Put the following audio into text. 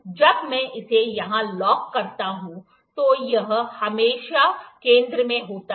जब मैं इसे यहां लॉक करता हूं तो यह हमेशा केंद्र में होता है